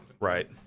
Right